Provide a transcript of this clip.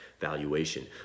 valuation